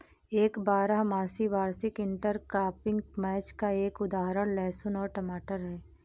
एक बारहमासी वार्षिक इंटरक्रॉपिंग मैच का एक उदाहरण लहसुन और टमाटर है